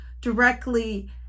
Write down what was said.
directly